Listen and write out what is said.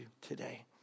today